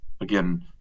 again